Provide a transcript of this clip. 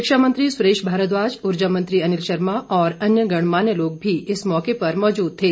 शिक्षा मंत्री सुरेश भारद्वाज उर्जा मंत्री अनिल शर्मा और अन्य गणमान्य लोग भी इस मौके पर मौजूद थे